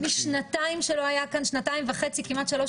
כמו שנאמר פה,